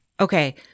Okay